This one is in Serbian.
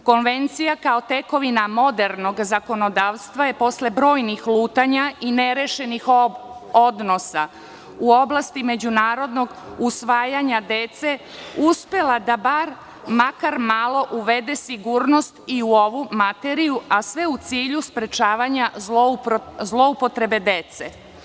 Konvencija kao tekovina modernog zakonodavstva je posle brojnih lutanja i nerešenih odnosa u oblasti međunarodnog usvajanja dece, uspela da bar makar malo uvede sigurnost i u ovu materiju, a sve u cilju sprečavanja zloupotrebe dece.